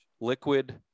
liquid